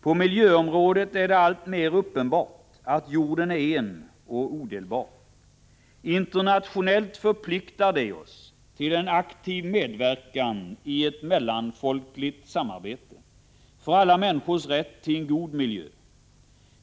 På miljöområdet är det alltmer uppenbart att jorden är en och odelbar. Internationellt förpliktigar det oss till en aktiv medverkan i ett mellanfolkligt samarbete för alla människors rätt till en god miljö.